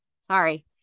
sorry